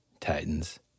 titans